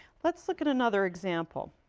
let's look at another example